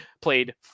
played